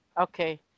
okay